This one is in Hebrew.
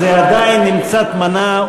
זה עדיין עם קצת מנה,